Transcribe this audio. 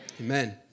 Amen